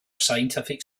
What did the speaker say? scientific